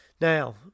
Now